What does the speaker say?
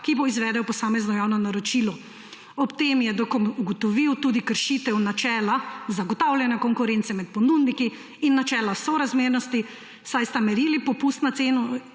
ki bo izvedel posamezno javno naročilo. Ob tem je DKOM ugotovil tudi kršitev načela zagotavljanja konkurence med ponudniki in načela sorazmernosti, saj sta merili popust na ceno